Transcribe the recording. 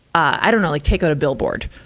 i dunno, like take out a billboard.